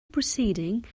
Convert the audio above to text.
proceeding